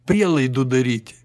prielaidų daryti